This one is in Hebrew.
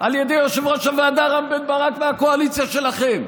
על ידי יושב-ראש הוועדה רם בן ברק והקואליציה שלכם.